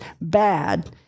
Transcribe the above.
bad